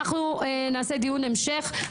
אנחנו נקיים דיון המשך.